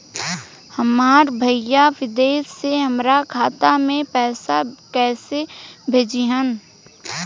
हमार भईया विदेश से हमारे खाता में पैसा कैसे भेजिह्न्न?